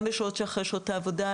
גם בשעות שהן אחרי שעות העבודה,